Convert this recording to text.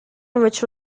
invece